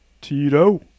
Tito